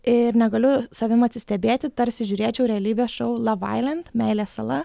ir negaliu savim atsistebėti tarsi žiūrėčiau realybės šou lav ailend meilės sala